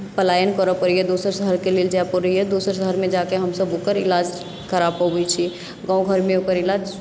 पलायन करय पड़ैए दोसर शहरके लेल जाय पड़ैए दोसर शहरमे जाके हमसभ ओकर इलाज करा पबैत छी गाँव घरमे ओकर इलाज